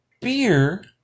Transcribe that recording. beer